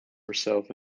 herself